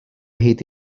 hyd